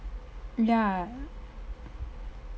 ya